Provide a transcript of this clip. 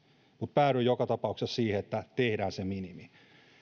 mutta päädyin joka tapauksessa siihen että tehdään se minimi